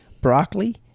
Broccoli